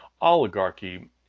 oligarchy